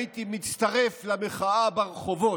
הייתי מצטרף למחאה ברחובות.